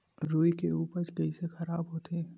रुई के उपज कइसे खराब होथे?